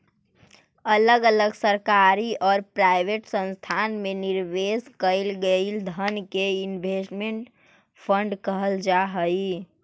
अलग अलग सरकारी औउर प्राइवेट संस्थान में निवेश कईल गेलई धन के इन्वेस्टमेंट फंड कहल जा हई